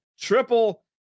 triple